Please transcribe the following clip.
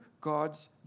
God's